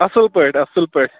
اَصٕل پٲٹھۍ اَصٕل پٲٹھۍ